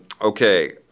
Okay